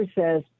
says